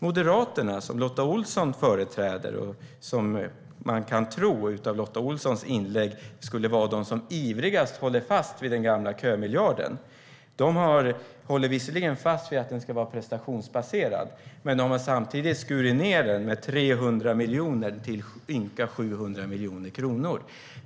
Moderaterna - som Lotta Olsson företräder och som man av hennes inlägg skulle kunna tro är de som ivrigast håller fast vid den gamla kömiljarden - håller visserligen fast vid att kömiljarden ska vara prestationsbaserad men har samtidigt skurit ned den med 300 miljoner till ynka 700 miljoner kronor.